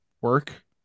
work